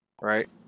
right